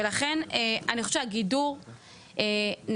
לכן, אני חושב שנכון שהגידור יהיה